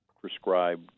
prescribed